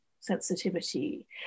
sensitivity